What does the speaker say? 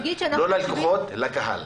לא ללקוחות, לקהל.